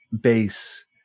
base